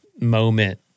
moment